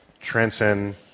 transcend